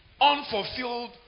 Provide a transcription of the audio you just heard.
Unfulfilled